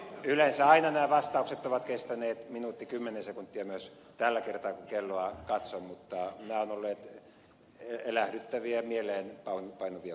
yleensä aina nämä vastaukset ovat kestäneet minuutti kymmenen sekuntia myös tällä kertaa kun kelloa katson mutta nämä ovat olleet elähdyttäviä mieleen on partio